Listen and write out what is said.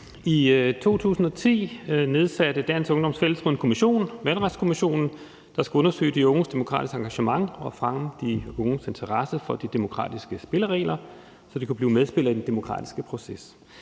til at nedsætte en kommission, Valgretskommissionen, der skulle undersøge de unges demokratiske engagement og fange de unges interesse for de demokratiske spilleregler, så de kunne blive medspillere i den demokratiske proces.